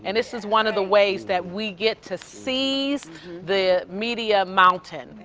and this is one of the ways that we get to cease the media mountain.